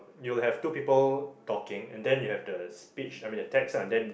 you'll have two people talking and then you have the speech I mean the text ah then